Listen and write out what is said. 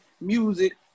music